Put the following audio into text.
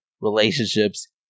relationships